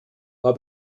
war